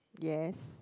yes